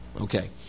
Okay